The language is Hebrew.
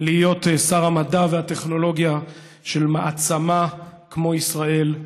להיות שר המדע והטכנולוגיה של מעצמה כמו ישראל,